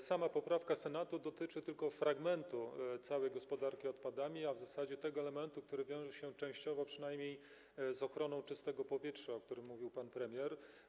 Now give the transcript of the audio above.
Sama poprawka Senatu dotyczy tylko fragmentu całej gospodarki odpadami, a w zasadzie tego elementu, który wiąże się częściowo przynajmniej z ochroną czystego powietrza, o której mówił pan premier.